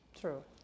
True